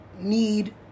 need